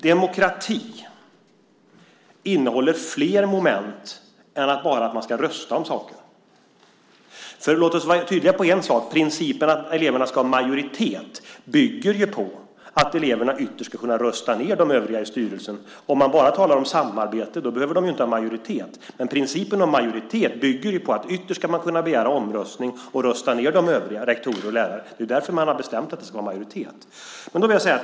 Demokrati innehåller flera moment än bara detta med att man ska rösta om saker. Låt oss vara tydliga om en sak: Principen att eleverna ska ha majoritet bygger på att eleverna ytterst ska kunna rösta ned övriga i styrelsen. Om man bara talar om samarbete behöver de ju inte ha majoritet. Principen om majoritet bygger på att man ytterst ska kunna begära omröstning och rösta ned övriga, rektorer och lärare. Det är därför man har bestämt att det ska vara majoritet.